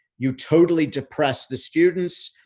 you totally depress the students.